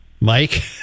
Mike